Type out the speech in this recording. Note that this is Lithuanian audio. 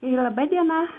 laba diena